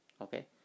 okay